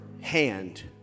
hand